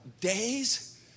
days